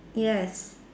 yes